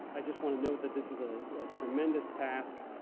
i just wanna note that this is a tremendous task.